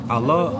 Allah